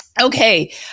Okay